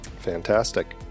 Fantastic